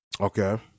Okay